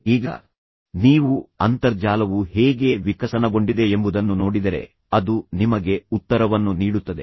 ಈಗ ನೀವು ಅಂತರ್ಜಾಲವು ಹೇಗೆ ವಿಕಸನಗೊಂಡಿದೆ ಎಂಬುದನ್ನು ನೋಡಿದರೆ ಅದು ನಿಮಗೆ ಉತ್ತರವನ್ನು ನೀಡುತ್ತದೆ